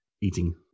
eating